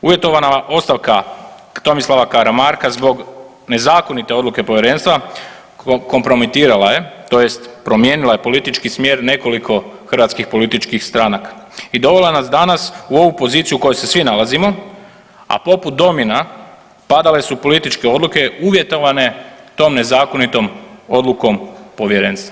Uvjetovana ostavka Tomislava Karamarka zbog nezakonite odluke Povjerenstva kompromitirala je tj. promijenila je politički smjer nekoliko hrvatskih političkih stranaka i dovela nas danas u ovu poziciju u kojoj se svi nalazimo, a poput domina padale su političke odluke uvjetovane tom nezakonitom odlukom Povjerenstva.